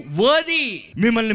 worthy